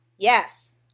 Yes